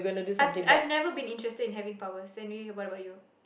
I I've never been interested in having powers anyway what about you